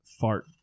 fart